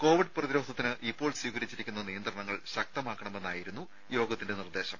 Covid പ്രതിരോധത്തിന് ഇപ്പോൾ സ്വീകരിച്ചിരിക്കുന്ന നിയന്ത്രണങ്ങൾ ശക്തമാക്കണമെന്നായിരുന്നു യോഗത്തിന്റെ നിർദ്ദേശം